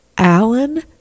alan